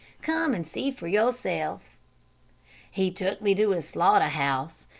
come and see for yourself he took me to his slaughter-house,